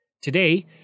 Today